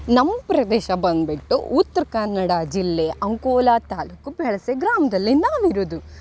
ನಮ್ಮ ಪ್ರದೇಶ ಬಂದುಬಿಟ್ಟು ಉತ್ರ ಕನ್ನಡ ಜಿಲ್ಲೆಯ ಅಂಕೋಲ ತಾಲೂಕು ಬೆಳಸೆ ಗ್ರಾಮದಲ್ಲಿ ನಾವು ಇರುವುದು